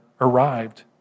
arrived